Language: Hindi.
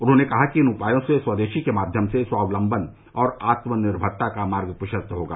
उन्होंने कहा कि इन उपायों से स्वदेशी के माध्यम से स्वावलंबन और आत्मनिर्भरता का मार्ग प्रशस्त होगा